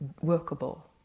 workable